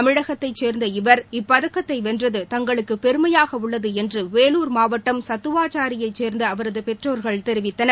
தமிழகத்தைச்சேர்ந்த இவர் இப்பதக்கத்தை வென்றது தங்களுக்கு பெருமையாக உள்ளது என்று வேலூர் மாவட்டம் சத்வாச்சாரியைச் சேர்ந்த அவரது பெற்றோர்கள் தெரிவித்தனர்